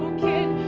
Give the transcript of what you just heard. can